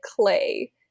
clay